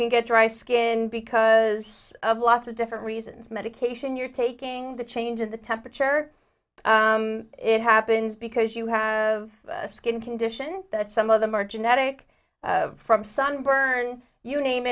can get dry skin because of lots of different reasons medication you're taking the change of the temperature it happens because you have a skin condition that some of them are genetic from sunburn you name